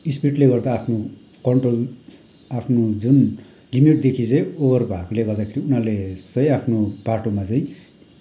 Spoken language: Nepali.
स्पिडले गर्दा आफ्नो कन्ट्रोल आफ्नो जुन लिमिटदेखि चाहिँ ओभर भएकोले गर्दाखेरि उनीहरूले सही आफ्नो बाटोमा चाहिँ